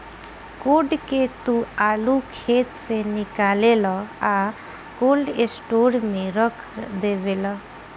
code के तू आलू खेत से निकालेलऽ आ कोल्ड स्टोर में रख डेवेलऽ